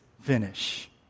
finish